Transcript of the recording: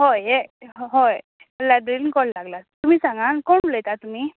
हय हे हय लायब्ररीन कॉल लागला तुमी सांगात कोण उलयता तुमी